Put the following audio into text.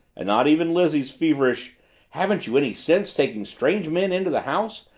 and not even lizzie's feverish haven't you any sense taking strange men into the house?